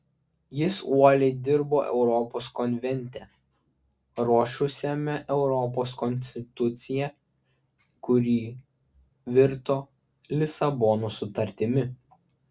jis uoliai dirbo europos konvente ruošusiame europos konstituciją kuri virto lisabonos sutartimi